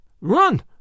Run